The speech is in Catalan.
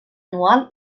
anual